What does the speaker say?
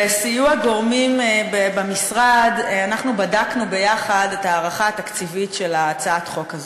בסיוע גורמים במשרד בדקנו ביחד את ההערכה התקציבית של הצעת החוק הזאת,